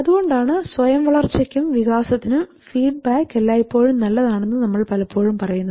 അതുകൊണ്ടാണ് സ്വയം വളർച്ചയ്ക്കും വികാസത്തിനും ഫീഡ്ബാക്ക് എല്ലായ്പ്പോഴും നല്ലതാണെന്നു നമ്മൾ പലപ്പോഴും പറയുന്നത്